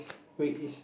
wait is